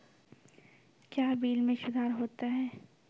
क्या बिल मे सुधार होता हैं?